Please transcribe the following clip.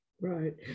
Right